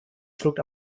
schluckt